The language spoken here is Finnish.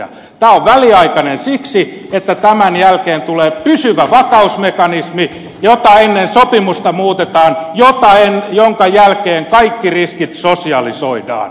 tämä on väliaikainen siksi että tämän jälkeen tulee pysyvä vakausmekanismi jota ennen sopimusta muutetaan jonka jälkeen kaikki riskit sosialisoidaan